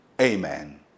amen